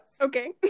Okay